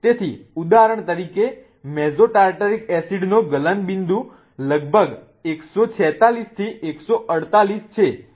તેથી ઉદાહરણ તરીકે મેસો ટાર્ટરિક એસિડનો ગલનબિંદુ લગભગ 146 થી 148 છે